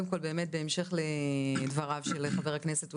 בהמשך לדבריו של חבר הכנסת כץ,